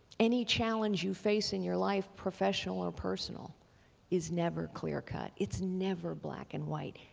any challenge you face in your life professional or personal is never clear cut. it's never black and white.